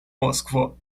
moskvo